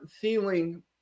ceiling